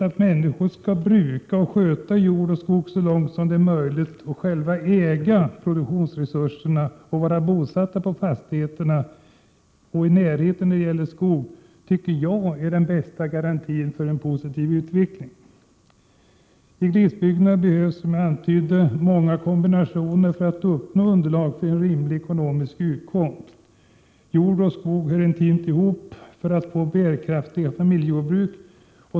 Att människor skall bruka jord och skog i så stor utsträckning som möjligt, själva äga produktionsresurserna och vara bosatta på fastigheterna och i närheten av den skog som brukas — det tycker jag är den bästa garantin för en positiv utveckling. I glesbygderna behövs, som jag antydde, många kombinationer för att uppnå underlag för en rimlig utkomst. Jord och skog hör intimt ihop när det gäller att få bärkraftiga familjejordbruk.